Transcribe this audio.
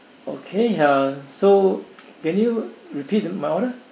okay uh so can you repeat my order